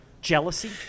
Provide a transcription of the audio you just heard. jealousy